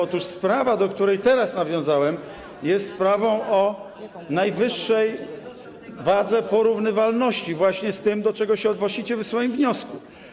Otóż sprawa, do której teraz nawiązałem, jest sprawą o najwyższej wadze, porównywalną właśnie z tym, do czego się odnosicie w swoim wniosku.